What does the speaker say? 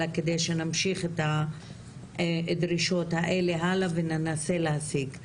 אלא כדי שנמשיך את הדרישות האלה הלאה וננסה להשיג.